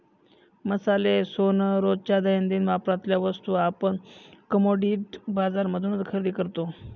मसाले, सोन, रोजच्या दैनंदिन वापरातल्या वस्तू आपण कमोडिटी बाजार मधूनच खरेदी करतो